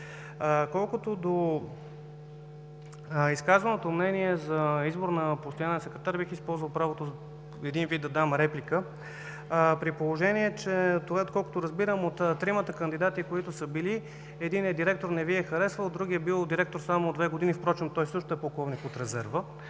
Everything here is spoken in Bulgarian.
Колкото до изказваното мнение за избор на постоянен секретар, бих използвал правото един вид да дам реплика. Доколкото разбирам, от тримата кандидати, които са били, единият директор не Ви е харесал, другият бил директор само две години – впрочем той също е полковник от резерва,